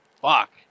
Fuck